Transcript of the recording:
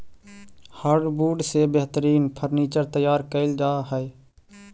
hardwood से बेहतरीन furniture तैयार कैल जा हइ